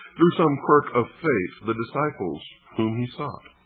through some quirk of fate, the disciples whom he sought.